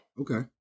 Okay